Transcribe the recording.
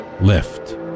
Lift